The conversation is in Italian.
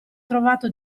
trovato